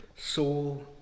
soul